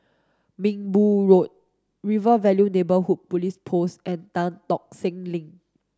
Minbu Road River Valley Neighbourhood Police Post and Tan Tock Seng Link